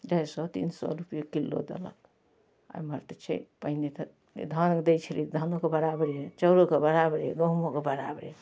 अढ़ाइ सओ तीन सओ रुपैए किलो देलक एम्हर तऽ छै पहिने तऽ जे धान दै छलै धानोके बराबरे चाउरोके बराबरे गहूमोके बराबरे